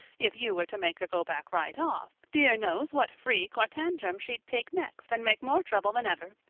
if you were to make her go back right off, dear knows what freak or tantrum she'd take next and make more trouble than ever.